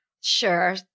Sure